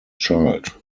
child